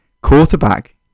quarterback